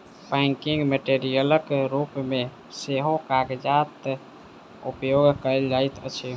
packing मेटेरियलक रूप मे सेहो कागजक उपयोग कयल जाइत अछि